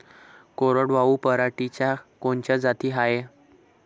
कोरडवाहू पराटीच्या कोनच्या जाती हाये?